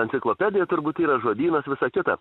enciklopedija turbūt yra žodynas visa kita